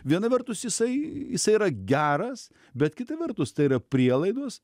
viena vertus jisai jisai yra geras bet kita vertus tai yra prielaidos